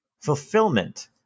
fulfillment